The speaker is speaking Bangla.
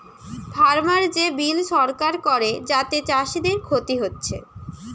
ফার্মার যে বিল সরকার করে যাতে চাষীদের ক্ষতি হচ্ছে